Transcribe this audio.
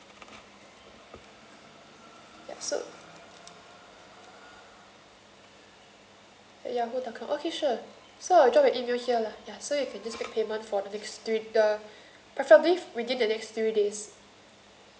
ya so ya both account okay sure so I'll drop an email here lah ya so you can just make payment for the next three uh preferably within the next three days